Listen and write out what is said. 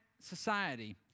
society